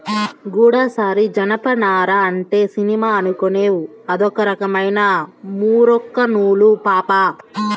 గూడసారి జనపనార అంటే సినిమా అనుకునేవ్ అదొక రకమైన మూరొక్క నూలు పాపా